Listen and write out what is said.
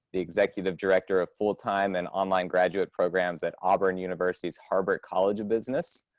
the executive director of full time and online graduate programs at auburn university's, harbert college of business.